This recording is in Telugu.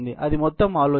అది మొత్తం ఆలోచన